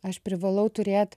aš privalau turėt